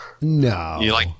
No